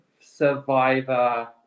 Survivor